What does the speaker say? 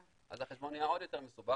אז החשבון נהיה עוד יותר מסובך,